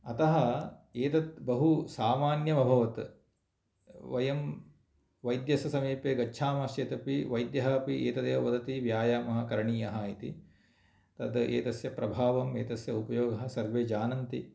अतः एतत् बहु सामान्यं अभवत् वयं वैद्यस्य समीपे गच्छामः चेत् अपि वैद्यः अपि एतद् एव वदति व्यायामः करणीयः इति तद् एतस्य प्रभावं एतस्य उपयोगः सर्वे जानन्ति